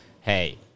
hey